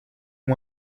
ont